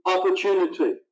opportunity